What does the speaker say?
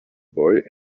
boy